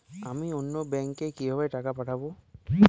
আমি অন্য ব্যাংকে কিভাবে টাকা পাঠাব?